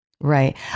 Right